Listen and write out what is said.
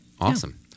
awesome